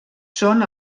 són